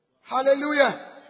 Hallelujah